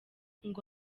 ngo